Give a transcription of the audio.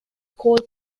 coal